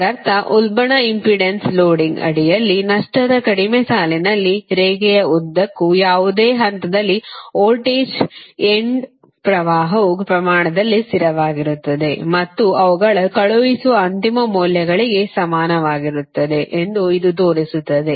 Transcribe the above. ಇದರರ್ಥ ಉಲ್ಬಣ impedance loading ಅಡಿಯಲ್ಲಿ ನಷ್ಟದ ಕಡಿಮೆ ಸಾಲಿನಲ್ಲಿ ರೇಖೆಯ ಉದ್ದಕ್ಕೂ ಯಾವುದೇ ಹಂತದಲ್ಲಿ ವೋಲ್ಟೇಜ್ ಎಂಡ್ ಪ್ರವಾಹವು ಪ್ರಮಾಣದಲ್ಲಿ ಸ್ಥಿರವಾಗಿರುತ್ತದೆ ಮತ್ತು ಅವುಗಳ ಕಳುಹಿಸುವ ಅಂತಿಮ ಮೌಲ್ಯಗಳಿಗೆಸಮಾನವಾಗಿರುತ್ತದೆ ಎಂದು ಇದು ತೋರಿಸುತ್ತದೆ